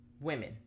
women